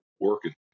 working